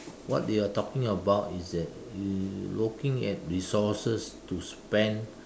what they are talking about is that uh looking at resources to spend